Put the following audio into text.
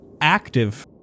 active